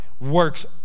works